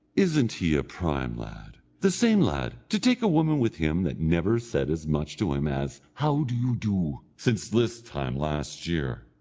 isn't he a prime lad, the same lad! to take a woman with him that never said as much to him as, how do you do since this time last year!